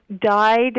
died